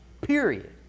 Period